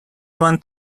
one